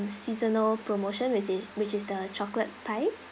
seasonal promotion which is which is the chocolate pie